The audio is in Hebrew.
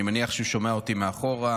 אני מניח שהוא שומע אותי מאחור,